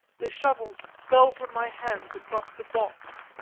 the shovel fell from my hand across the box,